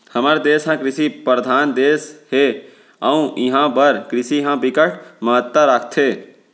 हमर देस ह कृषि परधान देस हे अउ इहां बर कृषि ह बिकट महत्ता राखथे